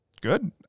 Good